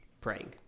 praying